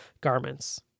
garments